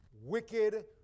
wicked